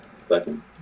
Second